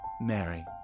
Mary